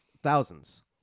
Thousands